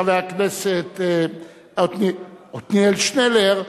חבר הכנסת עתניאל שנלר.